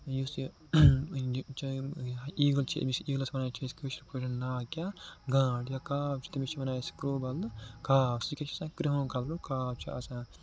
یُس یہِ چاہے ایٖگَل چھِ أمِس ایٖگٕلَس وَنان چھِ أسی کٲشِر پٲٹھۍ ناو کیٛاہ گانٹ یا کاو چھِ تٔمِس چھِ وَنان أسۍ کرو بدلہٕ کاو سُہ کیٛاہ چھِ آسان کرُہُن کَلَرُک کاو چھِ آسان